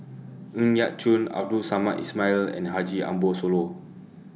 Ng Yat Chuan Abdul Samad Ismail and Haji Ambo Sooloh